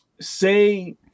say